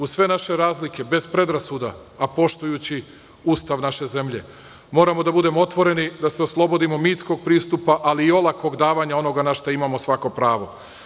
Uz sve naše razlike, bez predrasuda, a poštujući Ustav naše zemlje, moramo da budemo otvoreni, da se oslobodimo mitskog pristupa, ali i olakog davanja onoga na šta imamo svako pravo.